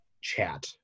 chat